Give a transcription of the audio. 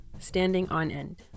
standingonend